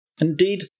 Indeed